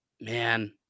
man